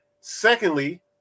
secondly